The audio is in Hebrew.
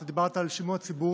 אתה דיברת על שימוע ציבורי,